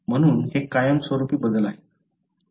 म्हणून हे कायमस्वरूपी बदल आहेत